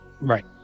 Right